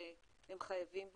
שהם חייבים בו,